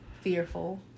fearful